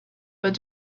but